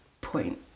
point